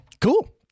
Cool